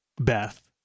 Beth